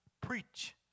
preach